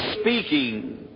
speaking